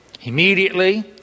Immediately